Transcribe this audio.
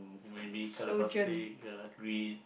maybe